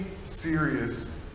serious